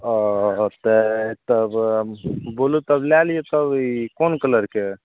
ओ तऽ तब बोलू तब लए लिय तब ई कोन कलरके